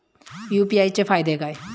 UPI चे फायदे काय?